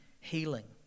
healing